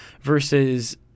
versus